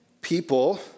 People